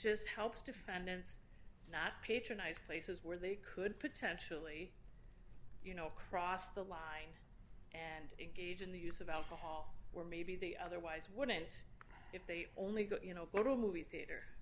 just helps defendants not patronize places where they could potentially you know cross the line and engage in the use of alcohol or maybe they otherwise wouldn't if they only got you know a little movie theater